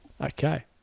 Okay